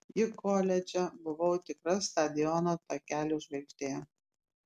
juk koledže buvau tikra stadiono takelių žvaigždė